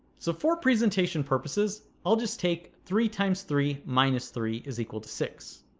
so for presentation purposes, i'll just take three times three minus three is equal to six